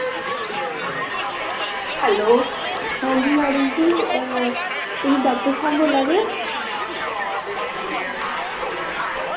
hello हां जी madam जी तुसी डाक्टर साहब बोल्ला दे ओ